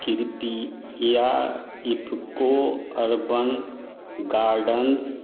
कृपया IFFCO urban gardens